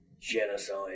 genocide